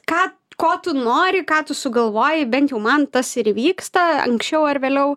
ką ko tu nori ką tu sugalvojai bent jau man tas ir įvyksta anksčiau ar vėliau